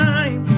Time